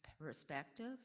perspective